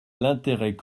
l’intérêt